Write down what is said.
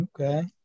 Okay